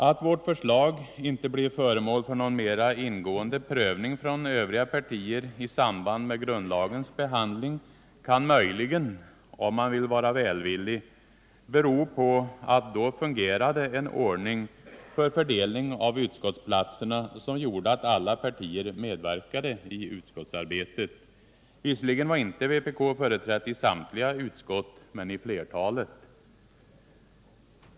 Att vårt förslag inte blev föremål för någon mera ingående prövning från övriga partier i samband med grundlagens behandling kan möjligen — om man vill vara välvillig — bero på att då fungerade en ordning för fördelning av utskottsplatserna, som gjorde att alla partier medverkade i utskottsarbetet. Visserligen var inte vpk företrätt i samtliga utskott men i flertalet.